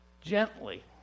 gently